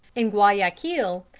in guayaquil,